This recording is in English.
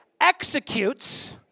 executes